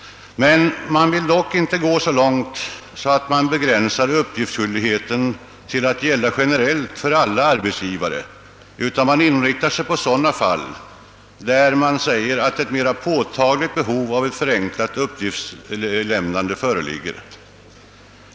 Man vill dock inte gå så långt, att man begränsar utgiftsskyldigheten till att gälla generellt för alla arbetsgivare, utan man inriktar sig på sådana fall, där ett mera påtagligt behov av ett förenklat uppgiftslämnande =: föreligger.